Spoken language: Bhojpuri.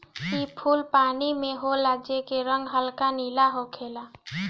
इ फूल पानी में होला जेकर रंग हल्का नीला होखेला